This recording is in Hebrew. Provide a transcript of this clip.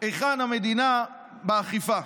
היכן המדינה באכיפה?